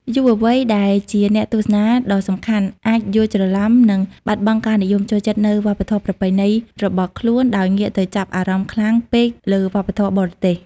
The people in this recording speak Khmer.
យុវវ័យដែលជាអ្នកទស្សនាដ៏សំខាន់ អាចយល់ច្រឡំ និងបាត់បង់ការនិយមចូលចិត្តនូវវប្បធម៌ប្រពៃណីរបស់ខ្លួន ដោយងាកទៅចាប់អារម្មណ៍ខ្លាំងពេកលើវប្បធម៌បរទេស។